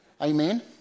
amen